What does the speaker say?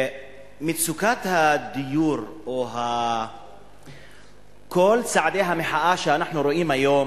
מצוקת הדיור, או כל צעדי המחאה שאנחנו רואים היום,